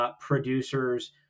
producers